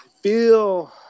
feel